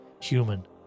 human